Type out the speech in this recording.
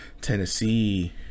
Tennessee